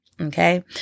Okay